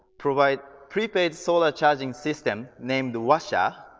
provides prepaid solar charging system named wassha